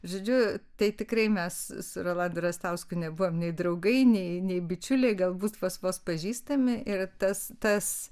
žodžiu tai tikrai mes su rolandu rastausku nebuvom nei draugai nei nei bičiuliai galbūt vos vos pažįstami ir tas tas